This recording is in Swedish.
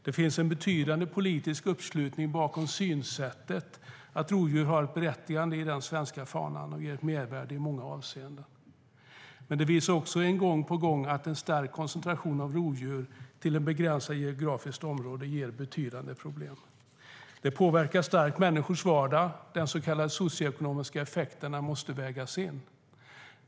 Det finns en betydande politisk uppslutning bakom synsättet att rovdjur har ett berättigande i den svenska faunan och ger ett mervärde i många avseenden. Men det visar sig också gång på gång att en stark koncentration av rovdjur till ett begränsat geografiskt område ger betydande problem. Det påverkar starkt människors vardag. De så kallade socioekonomiska effekterna måste vägas in.